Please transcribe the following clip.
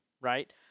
right